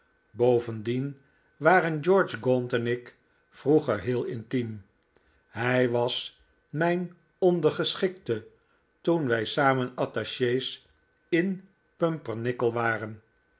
bovendien waren george gaunt en ik vroeger heel intiem hij was mijn ondergeschikte toen wij samen attaches in pumpernickel waren